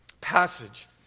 passage